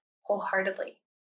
wholeheartedly